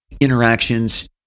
interactions